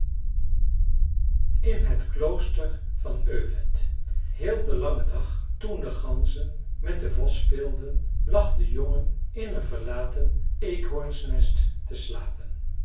in het klooster van öved heel den langen dag toen de ganzen met den vos speelden lag de jongen in een verlaten eekhoornsnest te slapen